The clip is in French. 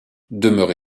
demeuré